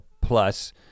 plus